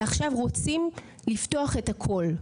ועכשיו רוצים לפתוח את הכול,